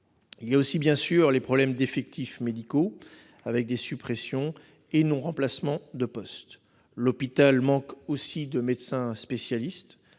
posent aussi bien sûr des problèmes d'effectifs médicaux, avec des suppressions et des non-remplacements de postes. L'hôpital manque aussi de médecins spécialistes.